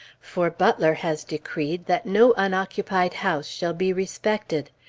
for butler has decreed that no unoccupied house shall be respected.